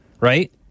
right